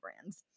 brands